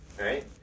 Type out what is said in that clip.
right